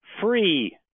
Free